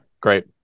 Great